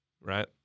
right